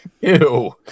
Ew